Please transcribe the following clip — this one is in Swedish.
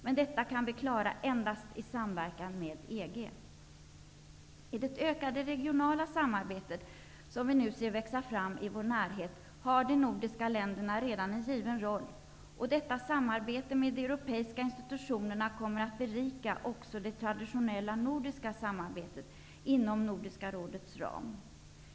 Men detta kan vi klara endast i samverkan med EG. I det ökade regionala samarbete som vi nu ser växa fram i vår närhet har de nordiska länderna redan en given roll. Detta samarbete med de europeiska institutionerna kommer att berika också det traditionella nordiska samarbetet inom Nordiska rådets ram.